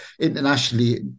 internationally